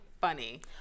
funny